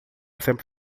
sempre